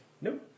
No